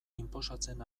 inposatzen